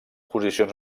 posicions